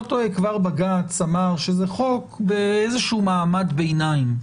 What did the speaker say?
טועה כבר בג"ץ אמר שזה חוק באיזשהו מעמד ביניים.